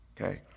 okay